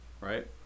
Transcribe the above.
right